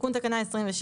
תיקון תקנה 26